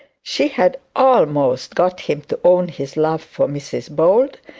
she had almost got him to own his love for mrs bold,